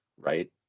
right